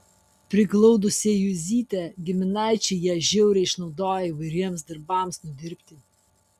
priglaudusieji juzytę giminaičiai ją žiauriai išnaudojo įvairiems darbams nudirbti